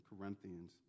Corinthians